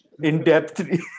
in-depth